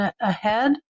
ahead